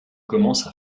commence